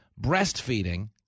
breastfeeding